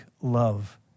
love